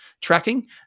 tracking